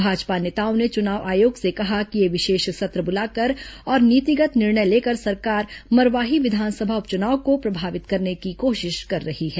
भाजपा नेताओं ने चुनाव आयोग से कहा कि यह विशेष सत्र बुलाकर और नीतिगत निर्णय लेकर सरकार मरवाही विधानसभा उपचुनाव को प्रभावित करने की कोशिश कर रही है